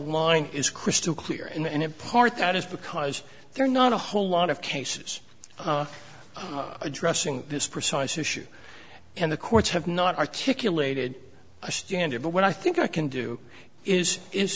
line is crystal clear and it part that is because there are not a whole lot of cases addressing this precise issue and the courts have not articulated a standard but what i think i can do is